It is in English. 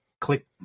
click